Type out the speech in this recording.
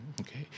Okay